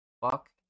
Fuck